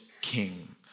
King